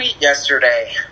Yesterday